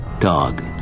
Dog